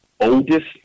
oldest